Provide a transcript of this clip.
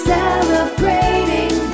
Celebrating